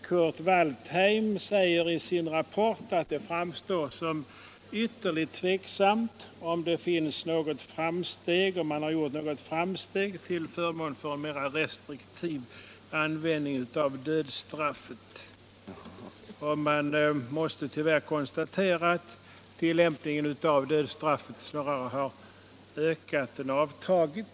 Kurt Waldheim säger i sin rapport att det framstår som ytterligt tveksamt om man har gjort några framsteg mot en mer restriktiv användning av dödsstratfet. Man måste tyvärr konstatera att ullämpningen av dödsstraffet snarare har ökat än avtagit.